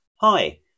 Hi